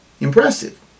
Impressive